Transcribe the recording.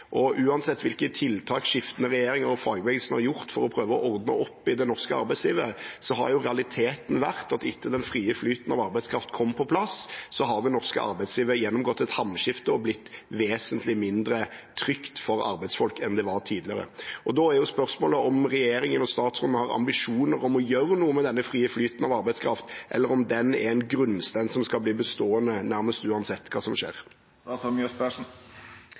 Uansett hvilke tiltak skiftende regjeringer og fagbevegelsen har gjort for å prøve å ordne opp i det norske arbeidslivet, har realiteten vært at etter at den frie flyten av arbeidskraft kom på plass, har det norske arbeidslivet gjennomgått et hamskifte og blitt vesentlig mindre trygt for arbeidsfolk enn det var tidligere. Da er jo spørsmålet om regjeringen og statsråden har ambisjoner om å gjøre noe med denne frie flyten av arbeidskraft, eller om den er en grunnstein som skal bli bestående nærmest uansett hva som skjer.